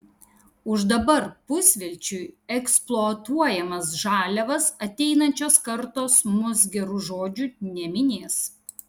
už dabar pusvelčiui eksploatuojamas žaliavas ateinančios kartos mus geru žodžiu neminės